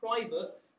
Private